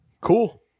Cool